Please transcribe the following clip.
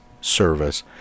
service